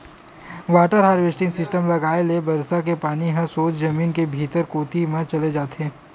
water harvesting system लगाए ले बरसा के पानी ह सोझ जमीन के भीतरी कोती म चल देथे